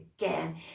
again